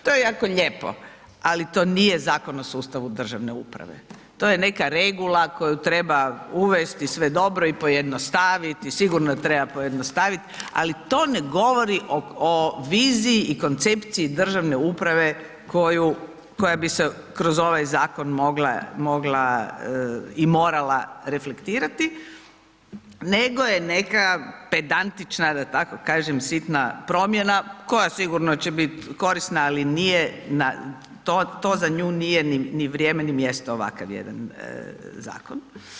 To je jako lijepo, ali to nije Zakon o sustavu državne uprave, to je neka regula koju treba uvesti, sve dobro i sve pojednostavit i sigurno treba pojednostavit, ali to ne govori o viziji i koncepciji državne uprave koja bi se kroz ovaj zakon mogla i morala reflektirati, nego je neka pedantična, da tako kažem, sitna promjena koja sigurno će bit korisna ali je, to za nju nije ni vrijeme, ni mjesto ovakav jedan zakon.